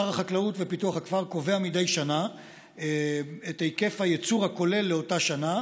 שר החקלאות ופיתוח הכפר קובע מדי שנה את היקף הייצור הכולל לאותה שנה,